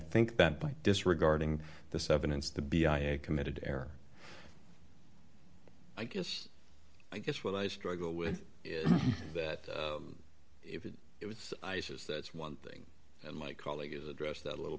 think that by disregarding this evidence the b i a committed air i guess i guess what i struggle with is that if it was isis that's one thing and my colleagues address that a little